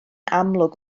amlwg